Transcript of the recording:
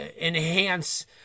enhance